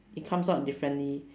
it comes out differently